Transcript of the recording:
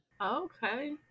Okay